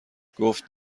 گفت